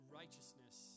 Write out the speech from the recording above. righteousness